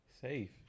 Safe